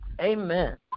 Amen